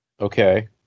Okay